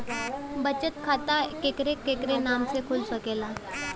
बचत खाता केकरे केकरे नाम से कुल सकेला